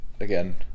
Again